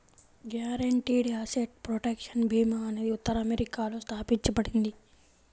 guaranteed asset protection భీమా అనేది ఉత్తర అమెరికాలో స్థాపించబడింది